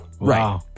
Right